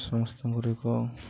ସମସ୍ତ ଗୁଡ଼ିକ